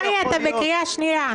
קרעי, אתה בקריאה שנייה.